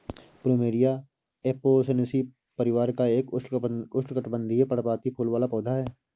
plumeria Apocynaceae परिवार का एक उष्णकटिबंधीय, पर्णपाती फूल वाला पौधा है